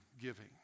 giving